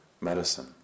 medicine